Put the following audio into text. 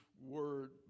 word